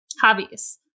Hobbies